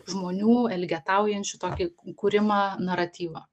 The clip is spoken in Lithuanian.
žmonių elgetaujančių tokį kūrimą naratyvą